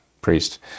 priest